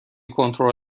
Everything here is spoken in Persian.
کنترل